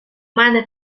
мене